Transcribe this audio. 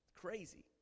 crazy